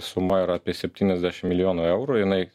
suma yra apie septyniasdešim milijonų eurų jinai